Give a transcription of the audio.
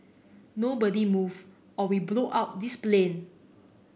nobody move or we blow up this plane